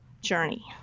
journey